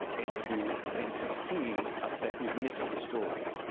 and to and to see that you've missed the story.